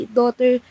daughter